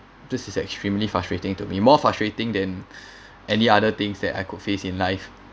this is extremely frustrating to me more frustrating than any other things that I could face in life